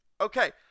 Okay